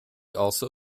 also